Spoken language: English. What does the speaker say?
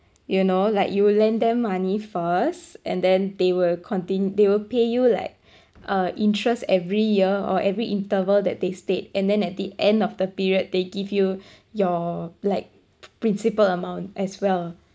you know like you lend them money first and then they will conti~ they will pay you like uh interest every year or every interval that they state and then at the end of the period they give you your like principal amount as well